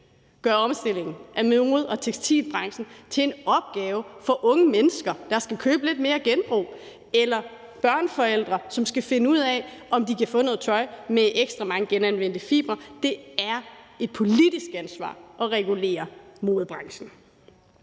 gøre omstillingen af mode- og tekstilbranchen til en opgave for unge mennesker, der skal købe lidt mere genbrugstøj, eller børneforældre, som skal finde ud af, om de kan få noget tøj med ekstra mange genanvendte fibre. Det er et politisk ansvar at regulere modebranchen.